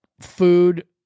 food